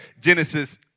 Genesis